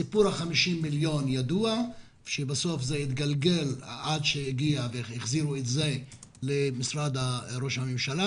סיפור ה-50 מיליון ידוע ובסוף זה התגלגל והחזירו למשרד ראש הממשלה,